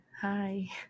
hi